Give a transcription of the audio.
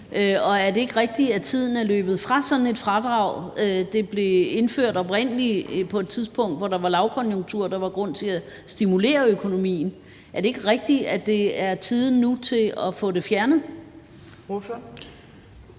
Og er det ikke rigtigt, at tiden er løbet fra sådan et fradrag? Det blev oprindelig indført på et tidspunkt, hvor der var lavkonjunktur og der var grund til at stimulere økonomien. Er det ikke rigtigt, at det er tiden nu til at få det fjernet?